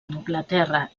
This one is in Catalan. anglaterra